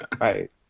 Right